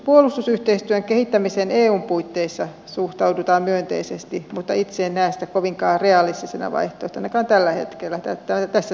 puolustusyhteistyön kehittämiseen eun puitteissa suhtaudutaan myönteisesti mutta itse en näe sitä kovinkaan realistisena vaihtoehtona ainakaan tällä hetkellä tässä tilanteessa